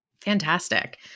Fantastic